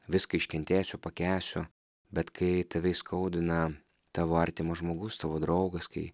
viską iškentėsiu pakęsiu bet kai tave įskaudina tavo artimas žmogus tavo draugas kai